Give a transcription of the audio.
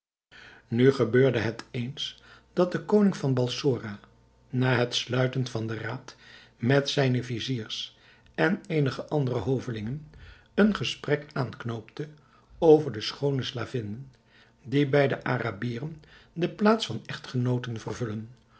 nu gebeurde het eens dat de koning van balsora na het sluiten van den raad met zijne viziers en eenige andere hovelingen een gesprek aanknoopte over de schoone slavinnen die bij de arabieren de plaats van echtgenooten vervullen